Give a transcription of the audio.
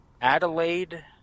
Adelaide